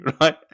right